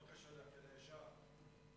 לא כשליח,